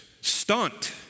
stunt